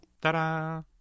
Ta-da